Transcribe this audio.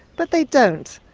but they don't.